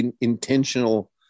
intentional